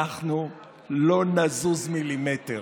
אנחנו לא נזוז מילימטר,